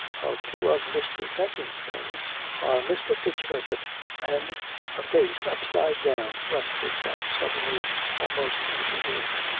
of two of mr. fenton's friends are mr. fitzherbert and a face, upside-down, thrust itself suddenly almost into his.